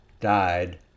died